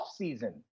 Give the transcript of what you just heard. offseason